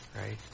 right